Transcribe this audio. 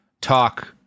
talk